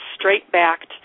straight-backed